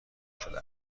شده